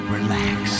Relax